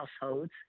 households